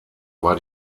war